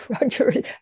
Roger